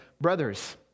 brothers